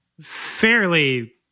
fairly